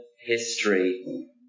history